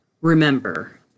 Remember